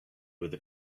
were